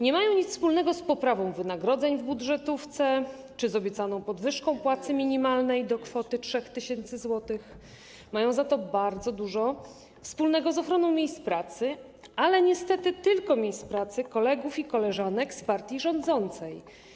Nie mają nic wspólnego z poprawą wynagrodzeń w budżetówce czy z obiecaną podwyżką płacy minimalnej do kwoty 3 tys. zł, mają za to bardzo dużo wspólnego z ochroną miejsc pracy, ale niestety tylko miejsc pracy kolegów i koleżanek z partii rządzącej.